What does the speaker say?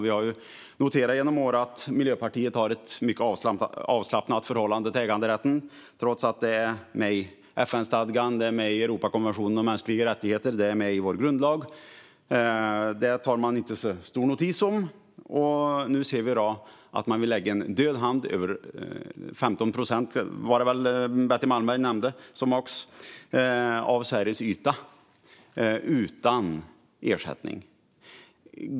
Vi har genom åren noterat att Miljöpartiet har ett mycket avslappnat förhållande till äganderätten, trots att den finns med i FN-stadgan, i Europakonventionen om de mänskliga rättigheterna och i vår grundlag. Det tar man inte så stor notis om, och nu ser vi att man vill lägga en död hand över 15 procent, var det väl Betty Malmberg nämnde, av Sveriges yta utan ersättning.